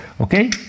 Okay